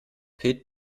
pit